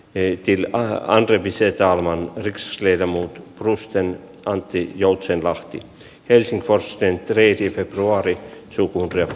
reitti bahaaldin visiota ilman dexler muut turusten antti joutsenlahti helsingforsteen reitiltä kuori kirjelmä